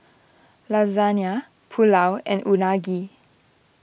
Lasagne Pulao and Unagi